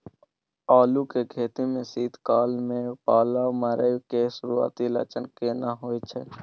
आलू के खेती में शीत काल में पाला मारै के सुरूआती लक्षण केना होय छै?